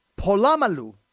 Polamalu